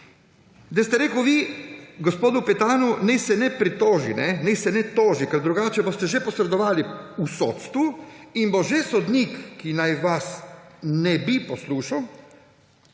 Da ste rekli vi gospodu Petanu, naj se ne pritoži, naj se ne toži, ker drugače boste že posredovali v sodstvu. In sodnik, ki naj vas ne bi poslušal,